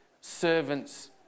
servants